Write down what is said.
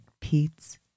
Pete's